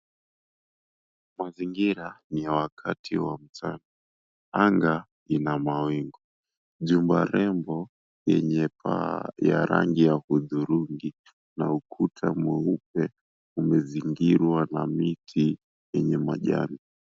Mazingira ni ya wakati wa mchana. Anga ina mawingu. Jumba rembo yenye paa ya rangi ya uthurungi, na ukuta mweupe umezingirwa na miti yenye majani.